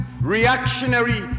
reactionary